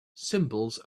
symbols